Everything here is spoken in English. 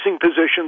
positions